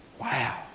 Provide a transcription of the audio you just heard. Wow